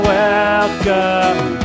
welcome